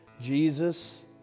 Jesus